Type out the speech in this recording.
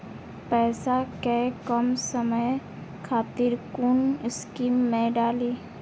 पैसा कै कम समय खातिर कुन स्कीम मैं डाली?